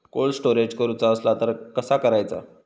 Cold storage करूचा असला तर कसा करायचा?